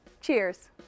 Cheers